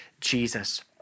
Jesus